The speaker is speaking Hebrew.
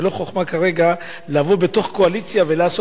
זו לא חוכמה כרגע לבוא בתוך הקואליציה ולעשות